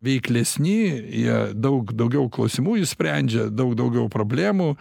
veiklesni jie daug daugiau klausimų išsprendžia daug daugiau problemų